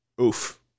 Oof